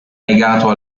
negato